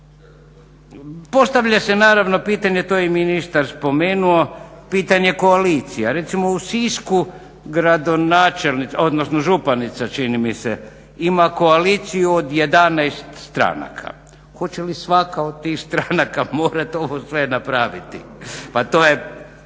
Postavlja se naravno pitanje, to je i ministar spomenuo, pitanje koalicija. Recimo u Sisku gradonačelnica odnosno županica čini mi se ima koaliciju od 11 stranaka, hoće li svaka od tih stranaka morati ovo sve napraviti. Pa to je